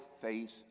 face